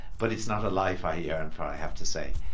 but it's not a life i yearn for, i have to say.